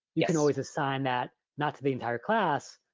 you can always assign that not to the entire class,